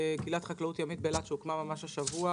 וקהילת חקלאות ימית באילת שהוקמה ממש השבוע,